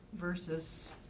versus